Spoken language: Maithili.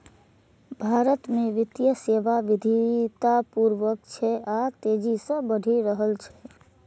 भारत मे वित्तीय सेवा विविधतापूर्ण छै आ तेजी सं बढ़ि रहल छै